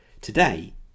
Today